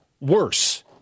worse